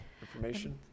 information